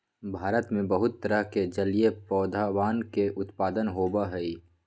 भारत में बहुत तरह के जलीय पौधवन के उत्पादन होबा हई